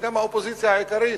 וגם האופוזיציה העיקרית,